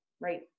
right